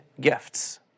gifts